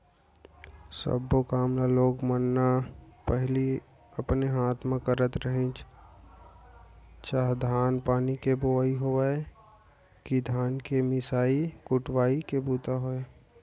सब्बे काम ल लोग मन न पहिली अपने हाथे म करत रहिन चाह धान पान के बोवई होवय कि धान के मिसाय कुटवाय के बूता होय